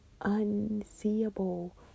unseeable